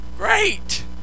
Great